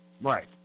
Right